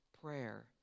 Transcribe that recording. prayer